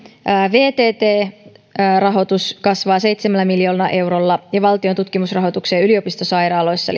vtt rahoitus kasvaa seitsemällä miljoonalla eurolla ja valtion tutkimusrahoitukseen yliopistosairaaloissa